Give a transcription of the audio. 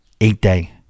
Eight-day